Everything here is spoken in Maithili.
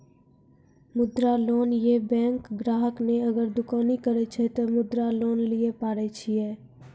मुद्रा लोन ये बैंक ग्राहक ने अगर दुकानी करे छै ते मुद्रा लोन लिए पारे छेयै?